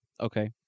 Okay